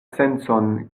sencon